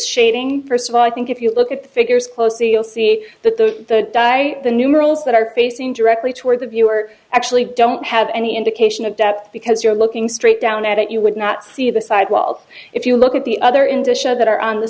shading first of all i think if you look at the figures closely you'll see that the die the numerals that are facing directly toward the you are actually don't have any indication of depth because you're looking straight down at it you would not see the sidewall if you look at the other into show that are on the